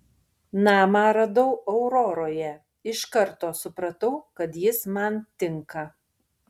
namą radau auroroje iš karto supratau kad jis man tinka